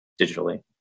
digitally